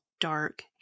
dark